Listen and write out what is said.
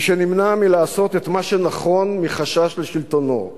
מי שנמנע מלעשות את מה שנכון מחשש לשלטונו,